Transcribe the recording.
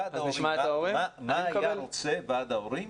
בואו נשמע מה היה רוצה ועד ההורים